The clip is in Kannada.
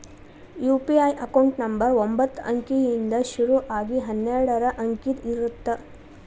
ಯು.ಪಿ.ಐ ಅಕೌಂಟ್ ನಂಬರ್ ಒಂಬತ್ತ ಅಂಕಿಯಿಂದ್ ಶುರು ಆಗಿ ಹನ್ನೆರಡ ಅಂಕಿದ್ ಇರತ್ತ